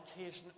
occasion